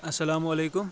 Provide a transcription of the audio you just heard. اَسَلامُ علیکُم